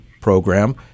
program